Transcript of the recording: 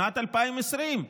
שנת 2020,